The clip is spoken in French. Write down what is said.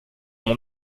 mon